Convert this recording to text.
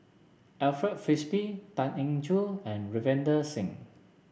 Alfred Frisby Tan Eng Joo and Ravinder Singh